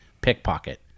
pickpocket